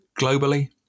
globally